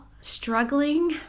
struggling